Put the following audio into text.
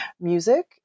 music